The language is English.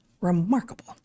Remarkable